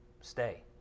Stay